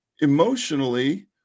emotionally